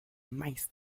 meist